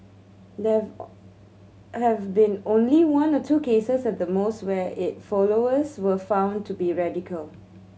there have been only one or two cases at the most where it followers were found to be radical